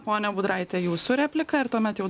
ponia budraite jūsų repliką ir tuomet jau